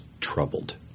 troubled